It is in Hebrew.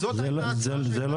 זה לא